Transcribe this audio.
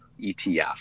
ETF